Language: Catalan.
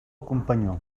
companyó